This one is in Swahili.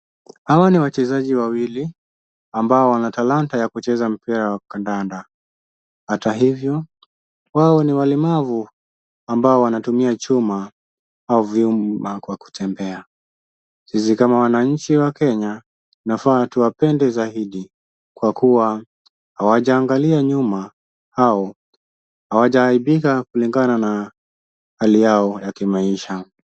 Hawa ni wachezaji wawili ambao wana talanta ya kucheza mpira wa kandanda, hata hivyo wao ni walemavu ambao wanatumia chuma au vyuma kwa kutembea. Sisi kam wananchi wa Kenya tunafaa tuwapende zaidi kwa kuwa hawajaangalia nyuma au hawajaaibika kulingana na hali yao ya kimaisha.